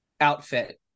outfit